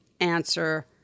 answer